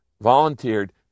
volunteered